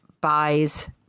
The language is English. buys